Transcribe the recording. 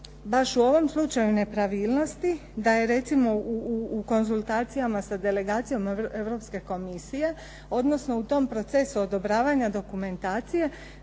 baš u ovom slučaju nepravilnosti da je recimo u konzultacijama sa delegacijom Europske komisije, odnosno u tom procesu odobravanja dokumentacije